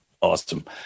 Awesome